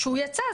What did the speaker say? שהוא יצא,